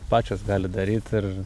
pačios gali daryt ir